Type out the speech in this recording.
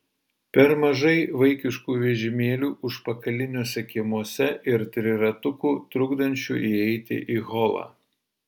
per mažai vaikiškų vežimėlių užpakaliniuose kiemuose ir triratukų trukdančių įeiti į holą